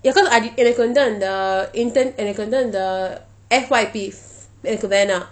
because I எனக்கு வந்து அந்த:enakku vanthu antha intern எனக்கு வந்து அந்த:enakku vanthu antha F_Y_P எனக்கு வேண்டாம்:enakku vendam